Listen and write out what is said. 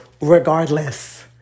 regardless